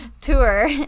tour